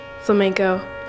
flamenco